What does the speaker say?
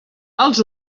els